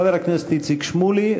חבר הכנסת איציק שמולי,